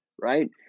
right